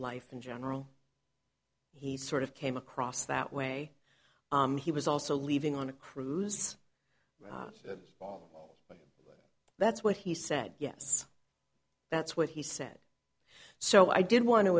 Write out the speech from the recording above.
life in general he sort of came across that way and he was also leaving on a cruise that that's what he said yes that's what he said so i did want to